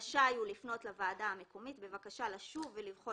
רשאי הוא לפנות לוועדה המקומית בבקשה לשוב ולבחון